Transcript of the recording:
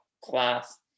Class